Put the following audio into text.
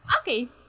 Okay